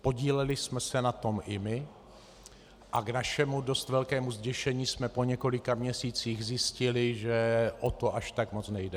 Podíleli jsme se na tom i my a k našemu dost velkému zděšení jsme po několika měsících zjistili, že o to zas až tak moc nejde.